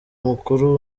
mukuru